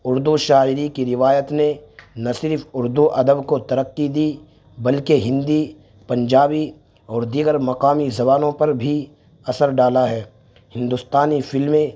اردو شاعری کی روایت نے نہ صرف اردو ادب کو ترقی دی بلکہ ہندی پنجابی اور دیگر مقامی زبانوں پر بھی اثر ڈالا ہے ہندوستانی فلمیں